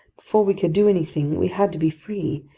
before we could do anything, we had to be free,